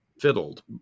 fiddled